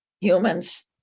humans